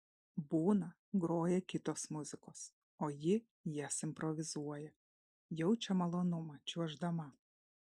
būna groja kitos muzikos o ji jas improvizuoja jaučia malonumą čiuoždama